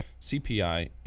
CPI